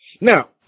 now